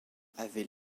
avait